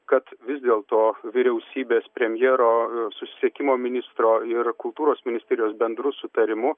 kad vis dėlto vyriausybės premjero susisiekimo ministro ir kultūros ministerijos bendru sutarimu